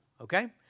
okay